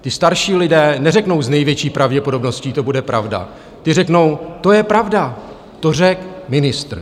Ti starší lidé neřeknou: S největší pravděpodobností to bude pravda, ti řeknou: To je pravda, to řekl ministr.